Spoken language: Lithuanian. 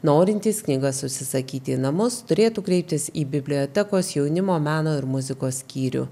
norintys knygas užsisakyti į namus turėtų kreiptis į bibliotekos jaunimo meno ir muzikos skyrių